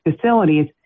facilities